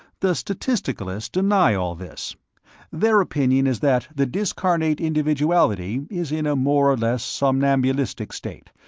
the statisticalists deny all this their opinion is that the discarnate individuality is in a more or less somnambulistic state,